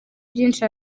byinshi